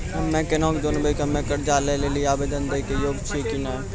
हम्मे केना के जानबै कि हम्मे कर्जा लै लेली आवेदन दै के योग्य छियै कि नै?